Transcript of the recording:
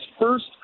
first